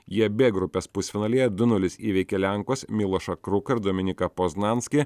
jie b grupės pusfinalyje du nulis įveikė lenkus milošą kruką ir dominiką poznanskį